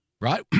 right